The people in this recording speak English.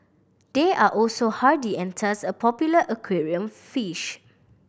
they are also hardy and thus a popular aquarium fish